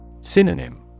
Synonym